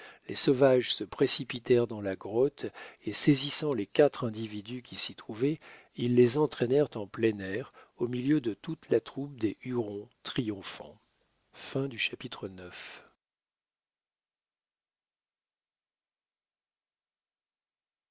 les sauvages se précipitèrent dans la grotte et saisissant les quatre individus qui s'y trouvaient ils les entraînèrent en plein air au milieu de toute la troupe des hurons triomphants